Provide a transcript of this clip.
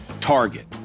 target